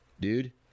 dude